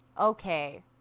Okay